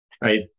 right